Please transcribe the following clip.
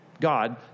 God